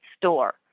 store